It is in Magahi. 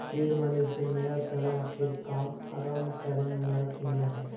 सीड मनी से नया तरह के काम आरंभ करे में मदद मिलऽ हई